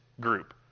group